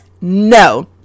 no